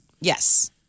Yes